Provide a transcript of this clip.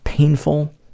painful